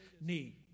need